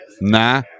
Nah